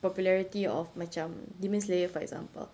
popularity of macam demon slayer for example